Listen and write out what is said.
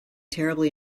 terribly